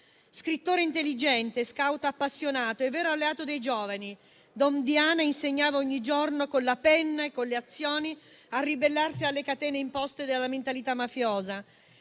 Scrittore intelligente, *scout* appassionato e vero alleato dei giovani, don Diana insegnava ogni giorno con la penna e con le azioni a ribellarsi alle catene imposte dalla mentalità mafiosa